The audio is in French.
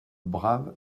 brave